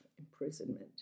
imprisonment